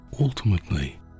Ultimately